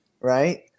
right